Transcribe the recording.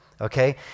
Okay